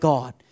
God